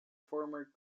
former